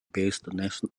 based